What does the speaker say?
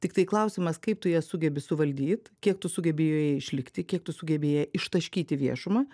tiktai klausimas kaip tu ją sugebi suvaldyt kiek tu sugebi joje išlikti kiek tu sugebi ją ištaškyt į viešumą